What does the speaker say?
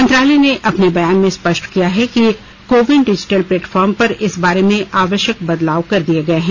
मंत्रालय ने अपने बयान में स्पष्ट किया है कि कोविन डिजिटल प्लेटफॉर्म पर इस बारे में आवश्यक बदलाव कर दिए गए हैं